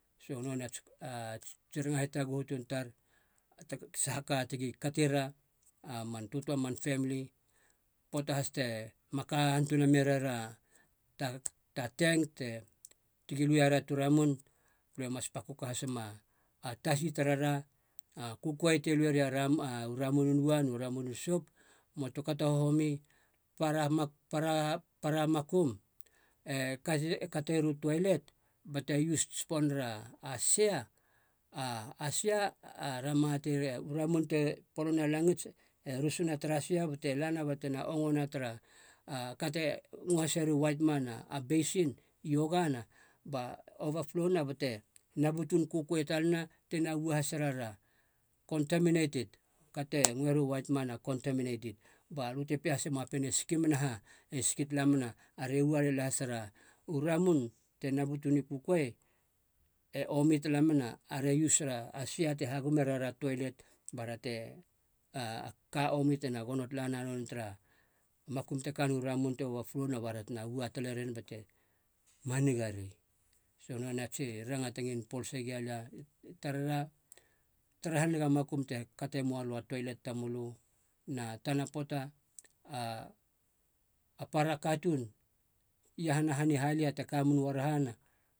Katuun e use here nera tsilo, a tsilo makun toelet taren kabe ma sep nei, ma sep nei tara a katuun te sikina, katuun te kamena u pinil i mou nen, katuun tema napun tatala haniga nei. A- alö na mos rusum balö tena tukakata nenei turu uarahana i puta, nonei a tsi ranga te ngilin polse gilia i tarara. A- taratara haniga saha ka te ngilin kate mölö, lu hanhanigu niga si tara makum a niga tena tapun napun hatakue moalö a luma tsi a makum tena tatei lebe milö a tsi uile nats kakau tsi a saha makum na tatei kui ne moalö a kuin kokou na kuin sono tamölö, so nonei a tsi ranga te polase gialia i tarara, nigan töana.